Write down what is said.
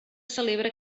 celebra